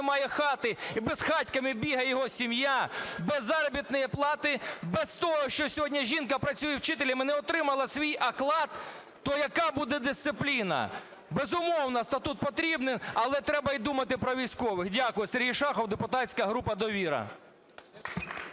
немає хати і безхатьками бігає його сім'я, без заробітної плати, без того, що сьогодні жінка працює вчителем і не отримала свій оклад, – то яка буде дисципліна? Безумовно, статут потрібен, але й треба думати про військових. Дякую. Сергій Шахов, депутатська група "Довіра".